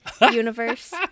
universe